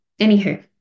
Anywho